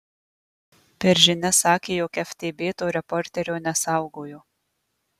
per žinias sakė jog ftb to reporterio nesaugojo